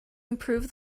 improve